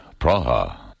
Praha